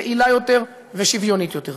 יעילה יותר ושוויונית יותר.